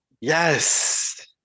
Yes